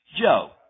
Joe